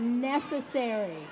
necessary